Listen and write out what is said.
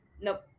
Nope